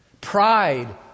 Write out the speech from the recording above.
Pride